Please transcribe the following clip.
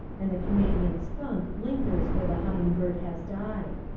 and the canadian skunk lingers where the humming bird has died.